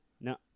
No